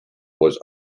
was